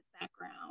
background